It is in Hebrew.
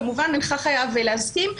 כמובן אינך חייב להסכים.